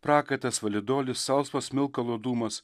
prakaitas validolis salsvas smilkalo dūmas